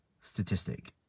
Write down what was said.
statistic